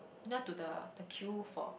near to the the queue for